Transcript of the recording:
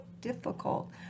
difficult